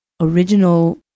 original